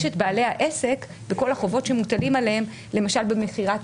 יש את בעלי העסק וכל החובות שמוטלים עליהם למשל במכירת